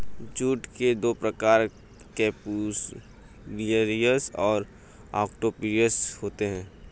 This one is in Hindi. जूट के दो प्रकार केपसुलरिस और ओलिटोरियस होते हैं